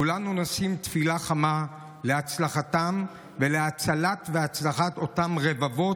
כולנו נשים תפילה חמה להצלחתם ולהצלת והצלחת אותם רבבות